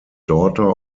daughter